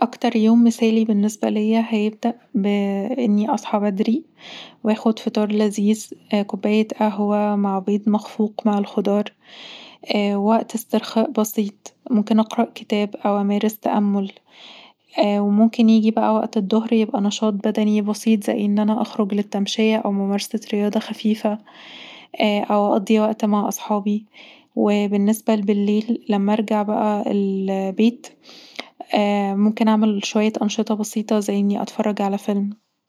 أكتر يوم مثالي بالنسبة ليا هيبدأ بأني أصحي بدري واخد فطار لذيذ، كوباية قهوة مع بيض مخفوق مع الخضار، وقت استرخاء بسيط ممكن اقرأ كتاب او أمارس تأمل وممكن يجي بقي وقت الضهر يبقي نشاط بدني بسيط زي ان انا اخرج للتمشيه او ممارسة رياضه خفيفه او اقضي وقت مع اصحابي وبالنسبه لبليل لما ارجع بقي البيت ممكن اعمل شوية انشطه بسيطه زي اني اتفرج علي فيلم